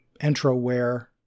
Entroware